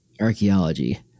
archaeology